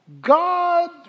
God